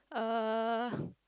uh